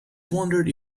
wondered